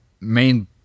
main